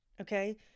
okay